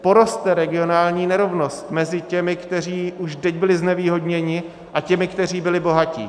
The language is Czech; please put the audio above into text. Poroste regionální nerovnost mezi těmi, kteří už teď byli znevýhodněni, a těmi, kteří byli bohatí.